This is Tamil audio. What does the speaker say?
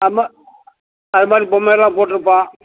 அது மா அது மாதிரி பொம்மையெல்லாம் போட்டிருப்பான்